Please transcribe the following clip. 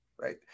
right